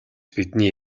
бидний